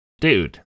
dude